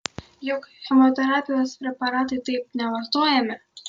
juk chemoterapijos preparatai taip nevartojami